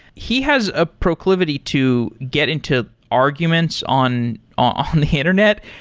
he has a proclivity to get into arguments on on the internet.